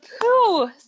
Pooh